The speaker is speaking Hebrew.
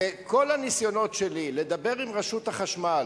וכל הניסיונות שלי לדבר עם רשות החשמל